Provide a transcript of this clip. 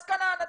השכלה על הדרך.